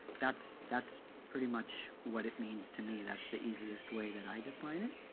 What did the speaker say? that's that's pretty much what it means to me. that's the easiest way that i define it.